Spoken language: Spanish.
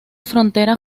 frontera